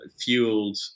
fueled